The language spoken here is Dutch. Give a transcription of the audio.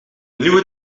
nieuwe